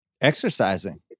Exercising